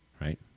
right